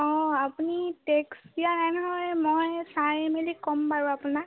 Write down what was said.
অ'আপুনি text দিয়া নাই নহয় মই চাই মেলি ক'ম বাৰু আপোনাক